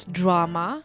drama